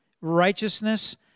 righteousness